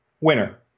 winner